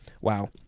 wow